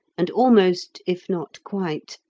and almost, if not quite,